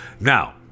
Now